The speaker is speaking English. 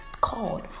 called